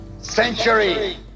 century